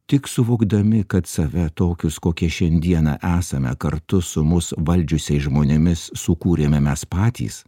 tik suvokdami kad save tokius kokie šiandieną esame kartu su mus valdžiusiais žmonėmis sukūrėme mes patys